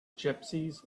gypsies